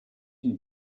can